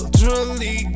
truly